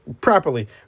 properly